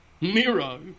Miro